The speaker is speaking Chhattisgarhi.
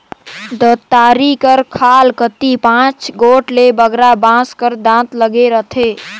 दँतारी कर खाल कती पाँच गोट ले बगरा बाँस कर दाँत लगे रहथे